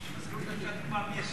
שמזכירות הכנסת תחליט מי ישיב.